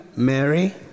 Mary